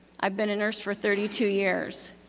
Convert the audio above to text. i've been a nurse for thirty two years.